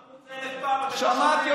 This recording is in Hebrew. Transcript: אמרנו את זה אלף פעם, אתם לא שומעים.